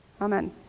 amen